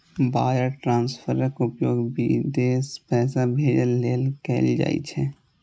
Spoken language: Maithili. वायर ट्रांसफरक उपयोग विदेश पैसा भेजै लेल कैल जाइ छै